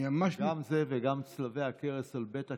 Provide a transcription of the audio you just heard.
גם זה וגם צלבי הקרס על בית הכנסת,